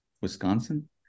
wisconsin